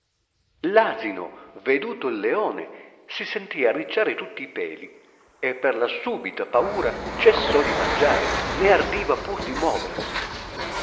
l'asino veduto il leone si sentì arricciare tutti i peli e per la sùbita paura cessò di mangiare né ardiva pur di moversi